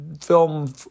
film